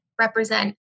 represent